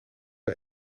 bij